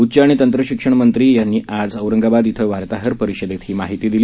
उच्च आणि तंत्रशिक्षण मंत्री यांनी आज औरंगाबाद इथं वार्ताहर परिषदेत ही माहिती दिली